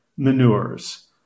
Manures